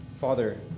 Father